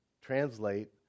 translate